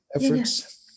efforts